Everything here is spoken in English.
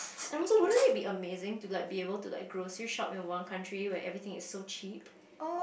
and also wouldn't it be amazing to like be able to like grocery shop in one country where everything is so cheap